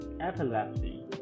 epilepsy